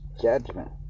judgment